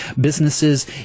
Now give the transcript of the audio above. businesses